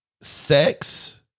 Sex